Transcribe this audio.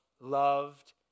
loved